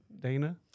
Dana